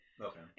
Okay